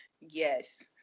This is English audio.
Yes